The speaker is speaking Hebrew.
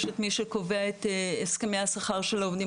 יש את מי שקובע את הסכמי השכר של העובדים